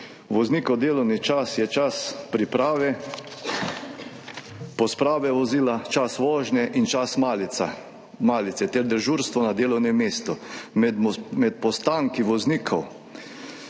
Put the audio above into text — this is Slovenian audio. voznikov delovni čas je čas priprave, pospravljanja vozila, čas vožnje in čas malice ter dežurstvo na delovnem mestu. Med postanke voznikov